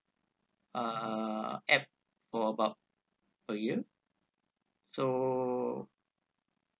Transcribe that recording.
uh app for about a year so